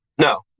No